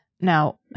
Now